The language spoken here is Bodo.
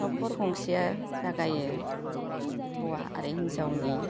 नखर गंसेआ जागायो हौवा आरो हिन्जावनि